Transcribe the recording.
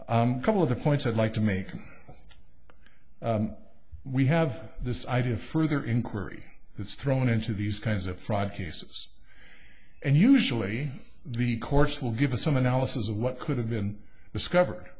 cers couple of the points i'd like to make we have this idea of further inquiry is thrown into these kinds of fraud cases and usually the courts will give us some analysis of what could have been discover